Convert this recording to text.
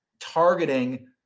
targeting